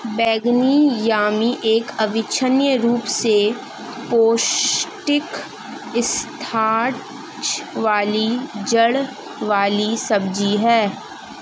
बैंगनी यामी एक अविश्वसनीय रूप से पौष्टिक स्टार्च वाली जड़ वाली सब्जी है